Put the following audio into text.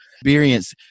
experience